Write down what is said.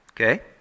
okay